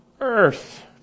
earth